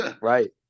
Right